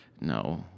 no